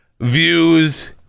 views